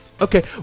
Okay